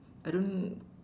I don't